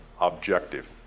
objective